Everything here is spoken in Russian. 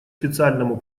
специальному